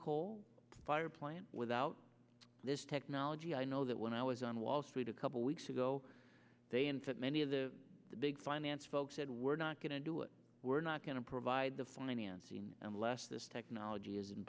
coal fired plant without this technology i know that when i was on wall street a couple weeks ago they and that many of the big finance folks said we're not going to do it we're not going to provide the financing unless this technology i